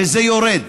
וזה יורד.